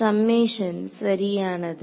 summation சரியானது